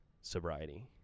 sobriety